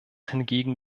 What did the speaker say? hingegen